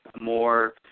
more